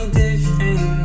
different